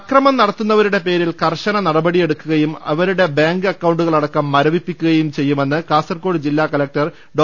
അക്രമം നടത്തുന്നവരുടെ പേരിൽ കർശന നടപടി യെടുക്കുകയും ഇവരുടെ ബാങ്ക് അക്കൌണ്ടുകളടക്കം മര വിപ്പിക്കുകയും ചെയ്യുമെന്ന് കാസർകോട് ജില്ലാകല ക്ടർ ഡോ